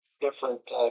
different